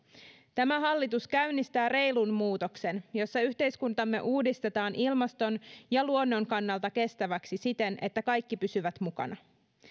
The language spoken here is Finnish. tämä hallitus käynnistää reilun muutoksen jossa yhteiskuntamme uudistetaan ilmaston ja luonnon kannalta kestäväksi siten että kaikki pysyvät mukana